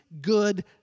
good